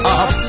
up